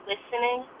listening